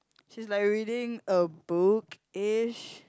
she's like reading a bookish